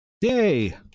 Yay